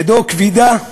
ידו כבדה,